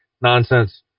Nonsense